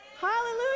Hallelujah